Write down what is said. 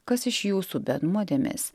kas iš jūsų be nuodėmės